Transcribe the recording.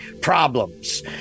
problems